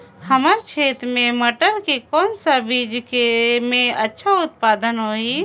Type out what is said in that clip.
हमर क्षेत्र मे मटर के कौन सा बीजा मे अच्छा उत्पादन होही?